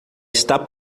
está